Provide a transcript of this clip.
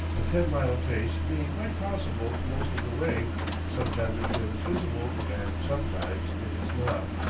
a ten-mile pace being quite possible most of the way sometimes the trail is visible and sometimes it is not.